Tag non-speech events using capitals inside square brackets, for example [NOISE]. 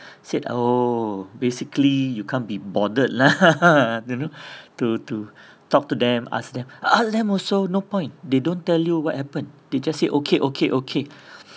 said oh basically you can't be bothered lah [LAUGHS] you know [BREATH] to to to talk to them ask them ask them also no point they don't tell you what happened they just say okay okay okay [BREATH]